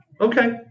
okay